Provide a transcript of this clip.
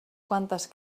quantes